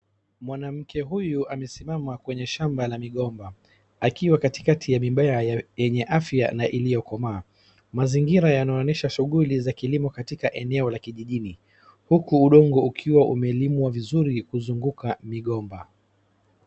Mwanamke huyu amesimama kwenye shamba la migomba, akiwa katikati ya mibaa yenye afya na iliyokomaa. Mazingira yanaonyesha shughuli za kilimo katika eneo la kijijini huku udongo ukiwa umelimwa vizuri kuzunguka migomba.